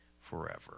forever